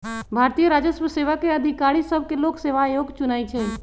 भारतीय राजस्व सेवा के अधिकारि सभके लोक सेवा आयोग चुनइ छइ